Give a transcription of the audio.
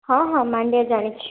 ହଁ ହଁ ମାଣ୍ଡିଆ ଜାଣିଛି